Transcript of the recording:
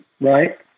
right